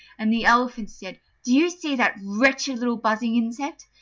and the elephant said, do you see that wretched little buzzing insect?